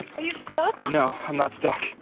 are you stuck? no, i'm not stuck.